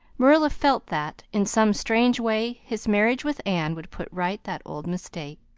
marilla felt that, in some strange way, his marriage with anne would put right that old mistake.